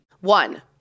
One